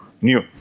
new